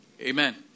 Amen